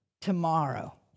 tomorrow